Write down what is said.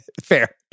Fair